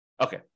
Okay